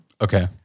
Okay